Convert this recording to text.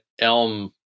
Elm